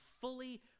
fully